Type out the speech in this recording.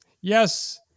yes